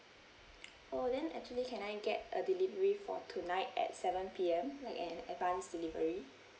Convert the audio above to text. oh then actually can I get a delivery for tonight at seven P_M like an advance delivery